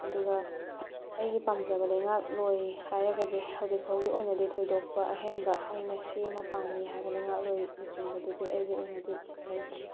ꯑꯗꯨꯒ ꯑꯩꯒꯤ ꯄꯥꯝꯖꯕ ꯂꯩꯉꯥꯛ ꯂꯣꯏ ꯍꯥꯏꯔꯒꯗꯤ ꯍꯧꯖꯤꯛ ꯐꯥꯎꯒꯤ ꯑꯣꯏꯅꯗꯤ ꯊꯣꯏꯗꯣꯛꯄ ꯑꯍꯦꯟꯕ ꯑꯩꯅ ꯁꯤ ꯑꯃ ꯄꯥꯝꯃꯤ ꯍꯥꯏꯕ ꯂꯩꯉꯥꯛꯂꯣꯏ ꯂꯨꯆꯤꯡꯕꯗꯨꯗꯤ ꯑꯩꯒꯤ ꯑꯣꯏꯅꯗꯤ ꯂꯩꯇ꯭ꯔꯤ